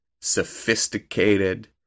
sophisticated